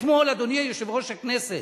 אתמול, אדוני יושב-ראש הכנסת,